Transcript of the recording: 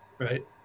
Right